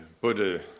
Buddha